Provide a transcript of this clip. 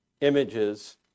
images